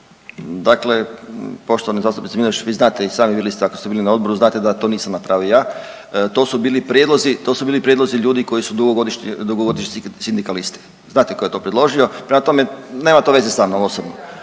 Dakle, poštovane zastupnice Miloš, vi znate i sami, bili ste, ako ste bili na odboru, znate da to nisam napravio ja, to su bili prijedlozi, to su bili prijedlozi ljudi koji su dugogodišnji sindikalisti. Znate tko je to predložio, prema tome, nema to veze sa mnom osobno.